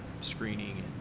screening